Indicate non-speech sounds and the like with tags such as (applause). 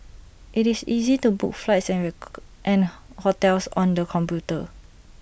IT is easy to book flights and (noise) and hotels on the computer